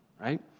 right